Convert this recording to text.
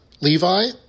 Levi